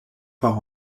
par